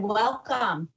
welcome